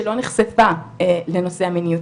שלא נחשפה לנושא המיניות,